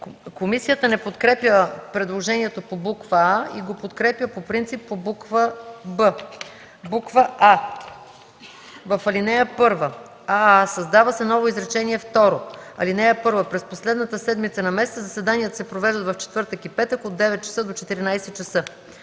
Комисията не подкрепя предложението по буква „а” и го подкрепя по принцип по буква „б”. „а) в ал. 1: аа) създава се ново изречение второ: „(1) През последната седмица на месеца заседанията се провеждат в четвъртък и петък от 9,00 до 14,00